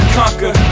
conquer